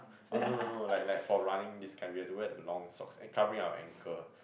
ah no no no like like for running this kind we have to wear the long socks and covering our ankle